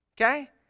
Okay